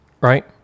right